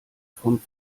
vom